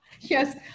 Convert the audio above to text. Yes